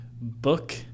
book